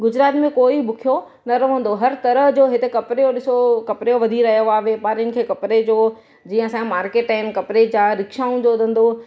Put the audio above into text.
गुजरात में कोई बुखियो न रहंदो हर तरह जो हिते कपिड़े ॾिसो कपिड़ो वधी रहियो आहे वापारियुनि खे कपिड़े जो जीअं असांजे मार्केट आहिनि कपिड़े जा रिक्शाउनि जो धंधो